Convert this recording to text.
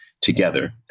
together